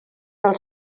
del